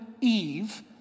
Eve